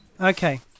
okay